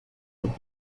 would